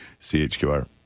CHQR